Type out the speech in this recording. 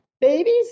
babies